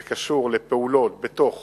זה קשור לפעולות בתוך